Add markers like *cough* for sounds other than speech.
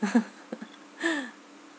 *laughs*